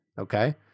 Okay